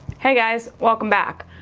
hey guys welcome back,